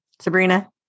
Sabrina